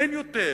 אין יותר: